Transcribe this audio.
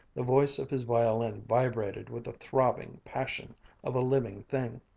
the voice of his violin vibrated with throbbing passion of a living thing.